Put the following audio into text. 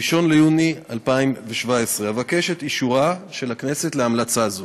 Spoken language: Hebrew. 1 ביוני 2017. אבקש את אישורה של הכנסת להמלצה זו.